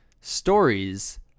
stories